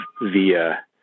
via